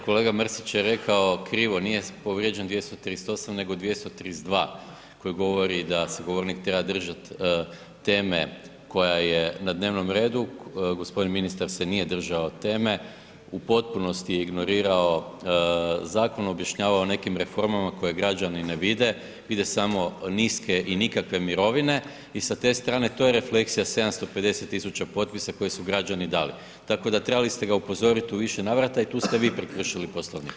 Kolega Mrsić je rekao krivo, nije povrijeđen 238., nego 232. koji govori da se govornik treba držat teme koja je na dnevnom redu, g. ministar se nije držao teme, u potpunosti je ignorirao, zakon objašnjavao nekim reformama koje građani ne vide, vide samo niske i nikakve mirovine i sa te strane to je refleksija 750 000 potpisa koji su građani dali, tako da trebali ste ga upozorit u više navrata i tu ste vi prekršili Poslovnik.